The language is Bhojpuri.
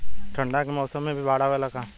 ठंडा के मौसम में भी बाढ़ आवेला का?